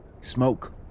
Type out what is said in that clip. smoke